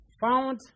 found